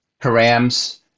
params